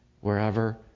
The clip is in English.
wherever